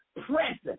present